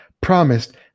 promised